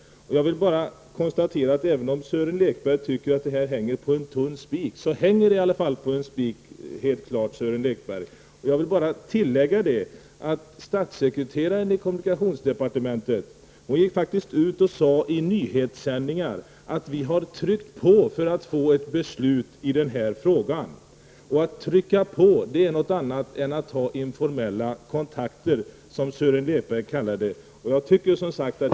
Även om Sören Lekberg tycker att vår reservation hänger på en tunn spik, hänger den i varje fall på en spik. Statssekreteraren i kommunikationsdepartementet gick ut och sade i nyhetssändningar att man tryckt på för att få ett beslut i frågan. Att trycka på är något annat än att ta informella kontakter, som Sören Lekberg kallar det.